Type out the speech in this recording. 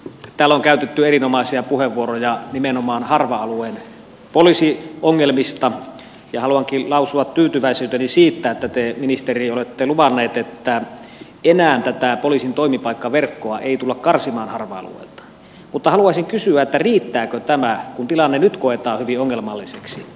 täällä on käytetty erinomaisia puheenvuoroja nimenomaan harva alueen poliisiongelmista ja haluankin lausua tyytyväisyyteni siihen että te ministeri olette luvannut että enää poliisin toimipaikkaverkkoa ei tulla karsimaan harva alueelta mutta haluaisin kysyä riittääkö tämä kun tilanne nyt koetaan hyvin ongelmalliseksi